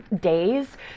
days